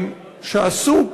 שעסוק,